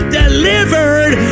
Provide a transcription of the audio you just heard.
delivered